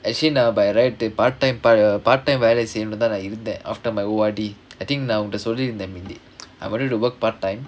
actully now by right the part-time part-time வேலை செய்யனுனுதா நா இருந்தேன்:velai seiyanunuthaa naa irunthaen after my O_R_D I think நா உன்கிட்ட சொல்லிருந்தேன் அன்னைக்கு:naa unkitta sollirunthaen annaikku I wanted to work part-time